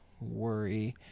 worry